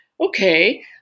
okay